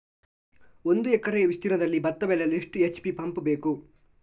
ಒಂದುಎಕರೆ ವಿಸ್ತೀರ್ಣದಲ್ಲಿ ಭತ್ತ ಬೆಳೆಯಲು ಎಷ್ಟು ಎಚ್.ಪಿ ಪಂಪ್ ಬೇಕು?